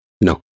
No